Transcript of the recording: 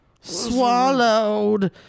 Swallowed